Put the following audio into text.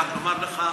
רק אומר לך,